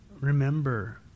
remember